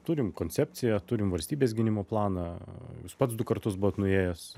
turim koncepciją turim valstybės gynimo planą jūs pats du kartus buvot nuėjęs